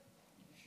את